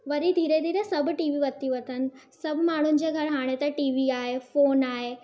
वरी धीरे धीरे सभु टीवी वती वतनि सभु माण्हुनि जे घरु हाणे त टीवी आहे फ़ोन आहे